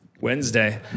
Wednesday